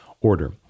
order